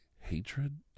hatred